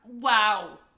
Wow